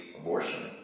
abortion